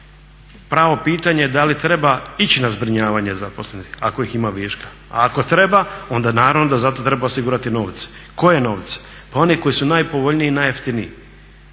Pravo pitanje je da li treba ići na zbrinjavanje zaposlenih ako ih ima viška, a ako treba onda naravno da zato treba osigurati novce. Koje novce? Pa one koji su najpovoljniji i najjeftiniji.